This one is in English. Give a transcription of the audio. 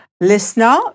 Listener